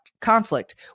conflict